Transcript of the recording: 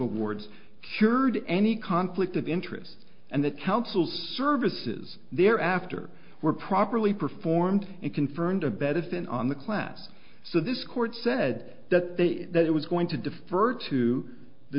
awards cured any conflict of interest and the council's services there after were properly performed and confirmed a bet has been on the class so this court said that the that it was going to defer to the